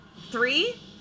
three